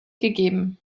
gegeben